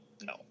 No